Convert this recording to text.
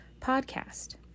podcast